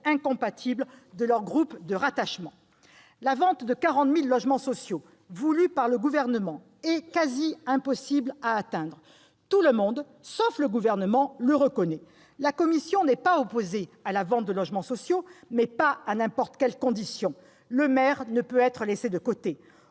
incompatibles de leurs groupes de rattachement. La vente de 40 000 logements sociaux voulue par le Gouvernement est quasi impossible à atteindre, tout le monde, sauf le Gouvernement, le reconnaît. La commission n'est pas opposée à la vente des logements sociaux, mais pas à n'importe quelles conditions. Le maire ne peut pas être laissé de côté.